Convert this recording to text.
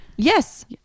Yes